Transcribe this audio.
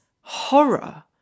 horror